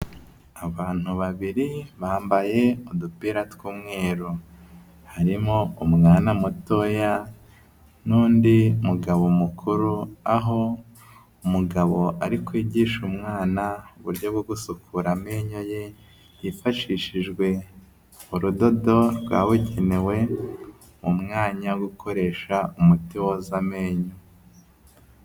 Abantu babiri bambaye udupira tw'umweru, harimo umwana mutoya n'undi mugabo mukuru, aho umugabo ari kwigisha umwana uburyo bwo gusukura amenyo ye, hifashishijwe urudodo rwabugenewe, mu mwanya wo gukoresha umuti woza amenyo.